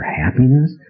happiness